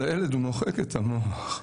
ולילד הוא מוחק את המוח.